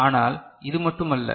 ஆனால் இது மட்டும் அல்ல